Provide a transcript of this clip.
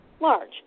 large